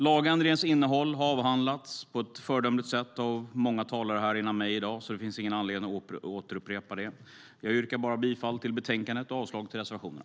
Lagändringens innehåll har avhandlats på ett föredömligt sätt av många talare här före mig i dag, så det finns ingen anledning att återupprepa det. Jag yrkar bifall till utskottets förslag i betänkandet och avslag på reservationerna.